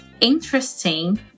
interesting